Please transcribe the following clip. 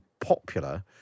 popular